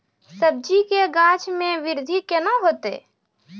सब्जी के गाछ मे बृद्धि कैना होतै?